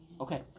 Okay